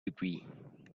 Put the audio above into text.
degree